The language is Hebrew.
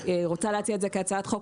רוצה להציע את זה כהצעת חוק,